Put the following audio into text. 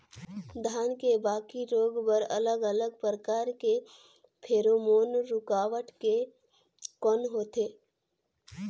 धान के बाकी रोग बर अलग अलग प्रकार के फेरोमोन रूकावट के कौन होथे?